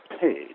paid